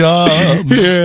Jobs